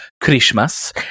Christmas